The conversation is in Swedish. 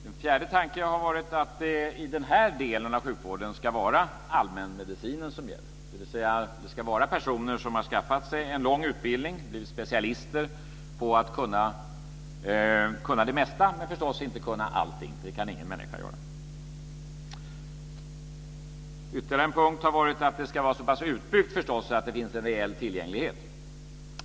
Den fjärde tanken har varit att det i den här delen av sjukvården ska vara allmänmedicinen som gäller, dvs. att det ska vara personer som har skaffat sig en lång utbildning och blivit specialister på det mesta, men förstås inte på allting, för det kan ingen människa göra. Ytterligare en punkt har varit att det ska vara så pass utbyggt att det finns en rejäl tillgänglighet.